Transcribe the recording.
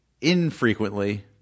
Infrequently